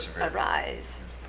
arise